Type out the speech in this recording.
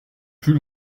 plus